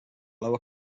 lower